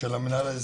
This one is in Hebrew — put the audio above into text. של המינהל האזרחי,